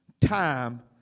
time